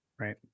Right